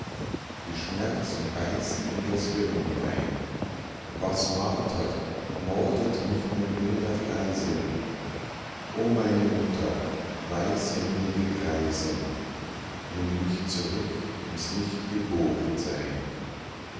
die schmerzen beißen in das hirn hinein was martert mordet nicht mein wilder freisinn o meine mutter weißhändige greisin nimm mich zurück ins nichtgeborensein